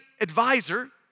advisor